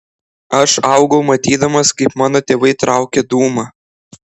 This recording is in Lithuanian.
aš augau matydamas kaip mano tėvai traukia dūmą